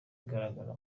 agaragara